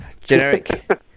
Generic